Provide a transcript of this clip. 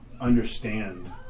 understand